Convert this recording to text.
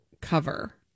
cover